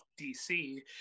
dc